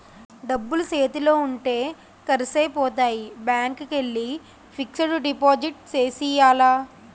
డబ్బులు సేతిలో ఉంటే ఖర్సైపోతాయి బ్యాంకికెల్లి ఫిక్సడు డిపాజిట్ సేసియ్యాల